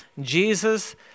Jesus